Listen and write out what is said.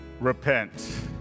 repent